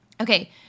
Okay